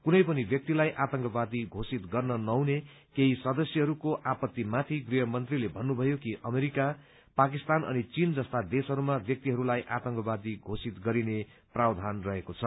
कुनै पनि व्यक्तिलाई आतंकवादी घोषित गर्न नहुने केही सदस्यहरूको आपत्तिमाथि गृह मन्त्रीले भन्नुभयो कि अमेरिका पाकिस्तान अनि चीन जस्ता देशहरूमा व्यक्तिहरूलाई आतंकवादी घोषित गरिने प्रावधान रहेको छ